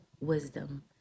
wisdom